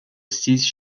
six